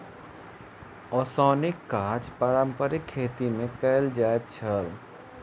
ओसौनीक काज पारंपारिक खेती मे कयल जाइत छल